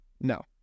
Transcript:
No